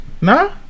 Nah